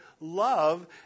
love